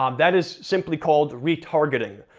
um that is simply called retargeting,